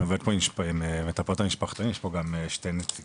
אני עובד עם מטפלות המשפחתונים המפוקחים.